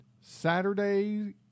Saturday